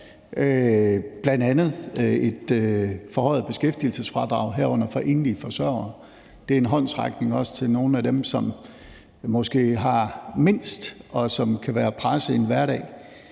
bl.a. et forhøjet beskæftigelsesfradrag, herunder for enlige forsørgere. Det er en håndsrækning, også til nogle af dem, som måske har mindst, og som kan være presset i hverdagen,